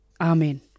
Amen